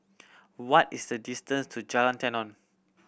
what is the distance to Jalan Tenon